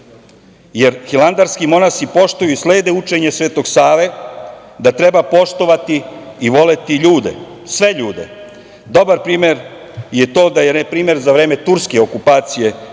jer hilandarski monasi poštuju i slede učenje Svetog Save, da treba poštovati i voleti sve ljude. Dobar primer je to da je, na primer, za vreme turske okupacije